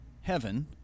heaven